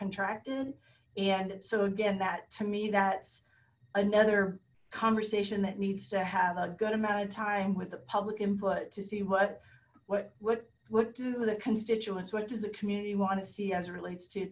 contracted and so again that to me that's another conversation that needs to have a good amount of time with the public input to see what what what what do the constituents what does the community want to see as it relates to